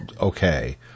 okay